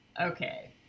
okay